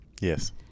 Yes